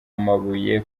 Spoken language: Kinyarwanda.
amabuye